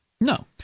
No